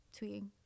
tweeting